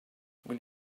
will